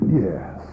yes